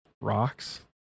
rocks